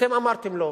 אתם אמרתם לא.